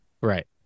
Right